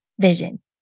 vision